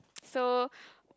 so